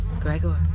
Gregor